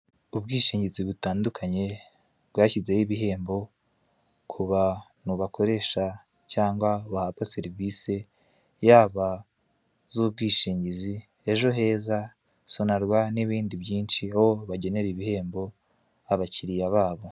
Ubwishingizi butandukanye bwashyizeho ibihembo ku bantu bakoresha cyangwa bahabwa serivisi yaba zubwishingizi, ejo heza, sonerwa, n'ibindi byinshi ho bagenera ibihembo abakiriya babo.